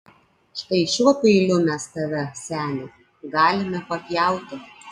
štai šiuo peiliu mes tave seni galime papjauti